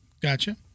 Gotcha